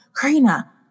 Karina